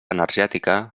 energètica